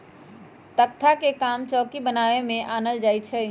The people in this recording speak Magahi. तकख्ता के काम चौकि बनाबे में आनल जाइ छइ